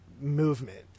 movement